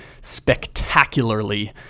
spectacularly